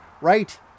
right